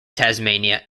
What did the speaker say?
tasmania